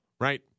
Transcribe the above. right